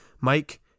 Mike